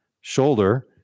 shoulder